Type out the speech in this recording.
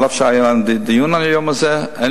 אף שהיה דיון על זה היום,